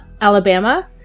Alabama